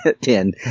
Ten